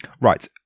Right